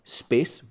space